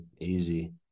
easy